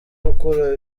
gukora